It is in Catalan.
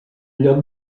lloc